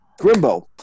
Grimbo